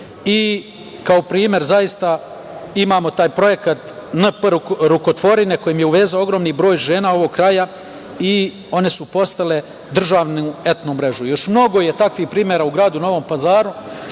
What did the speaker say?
Kao primer imamo taj projekat „NP rukotvorine“, koji je uvezao ogroman broj žena ovog kraja i one su postavile državnu etno mrežu. Još mnogo je takvih primera u Novom Pazaru,